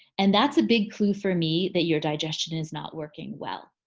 and that's a big clue for me that your digestion is not working well.